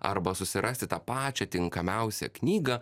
arba susirasti tą pačią tinkamiausią knygą